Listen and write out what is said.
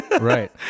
right